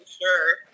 sure